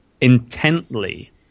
intently